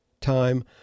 time